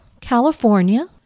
California